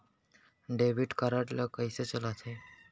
Debit card ला कइसे चलाते?